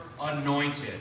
anointed